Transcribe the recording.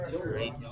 great